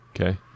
Okay